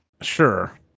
Sure